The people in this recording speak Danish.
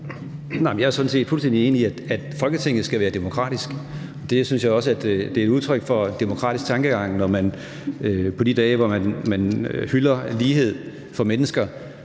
Jeg er sådan set fuldstændig enig i, at Folketinget skal være demokratisk. Jeg synes også, det er udtryk for en demokratisk tankegang, at man på de dage, hvor man hylder lighed for mennesker,